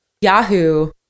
yahoo